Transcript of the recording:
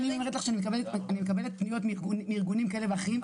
כי אני אומרת לך שאני מקבלת פניות מארגונים כאלה ואחרים,